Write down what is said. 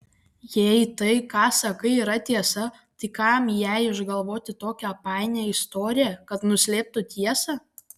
jei tai ką sakai yra tiesa tai kam jai išgalvoti tokią painią istoriją kad nuslėptų tiesą